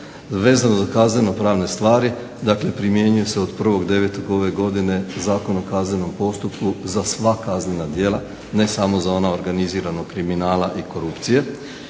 Vezano za kazneno pravne stvari dakle primjenjuju se od 1.9. ove godine Zakon o kaznenom postupku za sva kaznena djela, ne samo za ona organiziranog kriminala i korupcije